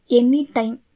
anytime